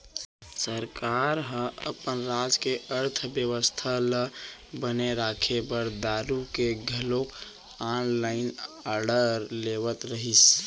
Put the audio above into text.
सरकार ह अपन राज के अर्थबेवस्था ल बने राखे बर दारु के घलोक ऑनलाइन आरडर लेवत रहिस